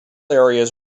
areas